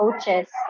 coaches